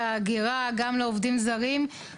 הדגש שלו הוא על הנושא של התחבורה הציבורית,